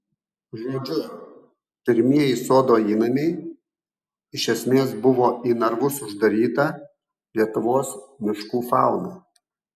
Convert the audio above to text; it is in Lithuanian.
žodžiu pirmieji sodo įnamiai iš esmės buvo į narvus uždaryta lietuvos miškų fauna